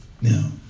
Now